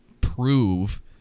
prove